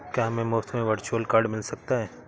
क्या हमें मुफ़्त में वर्चुअल कार्ड मिल सकता है?